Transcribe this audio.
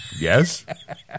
yes